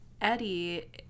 Eddie